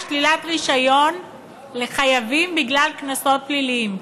שלילת רישיון לחייבים בגלל קנסות פעילים.